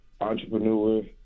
entrepreneur